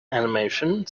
animation